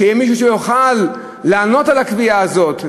שיהיה מישהו שיוכל לענות על הקביעה הזאת,